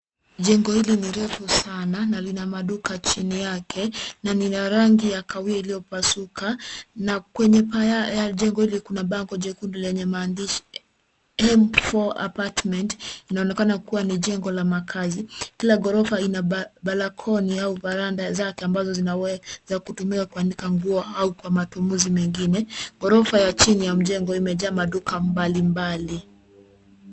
Jengo ili ni refu sana na lina maduka chini yake, na nila rangi ya kahawia iliyo pasuka na kwenye paa ya jengo hilo kuna bango jekundu lenye maandishi M4 Apartment. Inaonekana kuwa ni jengo la makaazi, kila ghorofa ina balkoni au veranda zake ambazo zinaweza kutumiwa kuanika nguo au kwa matumizi mengine. Ghorofa ya chini ya mjengo, imejaa maduka mbalimbali.